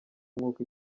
nk’uko